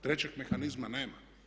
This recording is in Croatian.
Trećeg mehanizma nema.